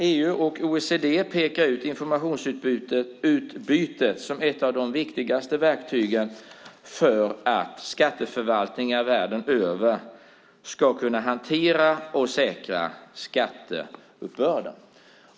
EU och OECD pekar ut informationsutbytet som ett av de viktigaste verktygen för att skatteförvaltningar världen över ska kunna hantera och säkra skatteuppbörden.